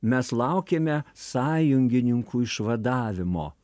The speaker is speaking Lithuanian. mes laukiame sąjungininkų išvadavimo